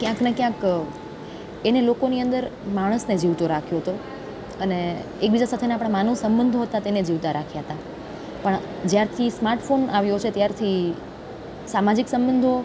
ક્યાંકને ક્યાંક એને લોકોની અંદર માણસને જીવતો રાખ્યો તો અને એકબીજા સાથેના માનવસંબંધો હતા તેને જીવતા રાખ્યા તા પણ જ્યારથી સ્માર્ટફોન આવ્યો છે ત્યારથી સામાજિક સબંધો